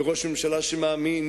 וראש ממשלה שמאמין,